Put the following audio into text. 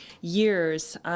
years